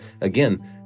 again